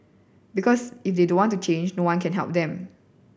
because if they don't want to change no one can help them